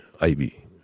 IB